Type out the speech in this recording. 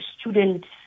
student's